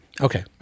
okay